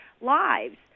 lives